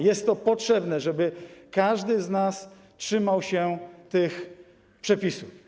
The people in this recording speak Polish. Jest to potrzebne, żeby każdy z nas trzymał się tych przepisów.